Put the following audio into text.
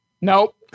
Nope